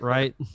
Right